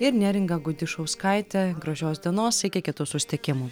ir neringa gudišauskaitė gražios dienos iki kitų susitikimų